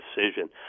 decision